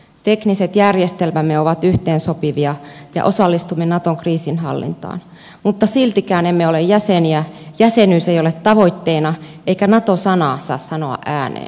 tekniset järjestelmämme ovat yhteensopivia ja osallistumme naton kriisinhallintaan mutta siltikään emme ole jäseniä jäsenyys ei ole tavoitteena eikä nato sanaa saa sanoa ääneen